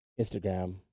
Instagram